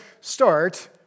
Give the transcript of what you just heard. start